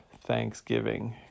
Thanksgiving